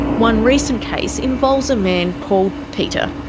one recent case involves a man called peter.